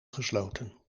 gesloten